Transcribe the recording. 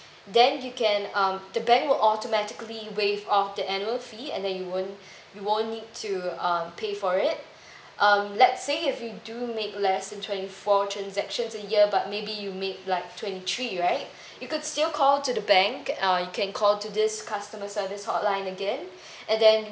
then you can um the bank will automatically waive off the annual fee and then you won't you won't need to uh pay for it um let's say if you do make less than twenty four transactions a year but maybe you make like twenty three right you could still call to the bank uh you can call to this customer service hotline again and then